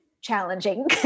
challenging